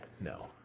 no